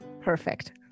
Perfect